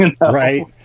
Right